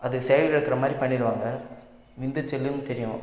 அது செயல் இழக்கிற மாதிரி பண்ணிடுவாங்க விந்து செல்லுன்னு தெரியும்